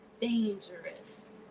dangerous